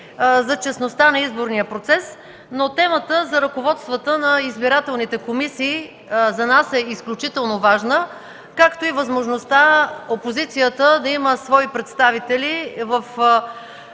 за честността на изборния процес. Темата за ръководството на избирателните комисии за нас е изключително важна, както и възможността опозицията да има свои представители във